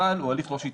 אבל הוא הליך לא שיטתי.